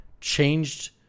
changed